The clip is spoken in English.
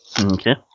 Okay